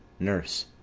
nurse.